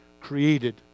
created